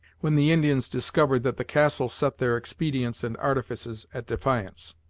when the indians discovered that the castle set their expedients and artifices at defiance.